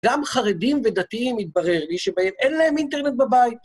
גם חרדים ודתיים, התברר לי שבהם אין להם אינטרנט בבית.